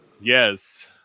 Yes